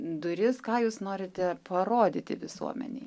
duris ką jūs norite parodyti visuomenei